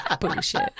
bullshit